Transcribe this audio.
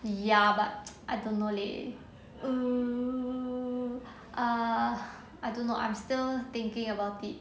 ya but I don't know leh um ah I don't know I'm still thinking about it